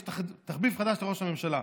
יש תחביב חדש לראש הממשלה: